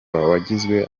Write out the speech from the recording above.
wagizwe